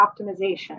optimization